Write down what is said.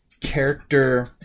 character